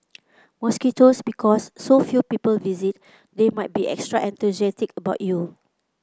mosquitoes because so few people visit they might be extra enthusiastic about you